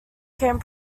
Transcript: came